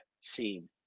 seen